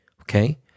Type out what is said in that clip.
okay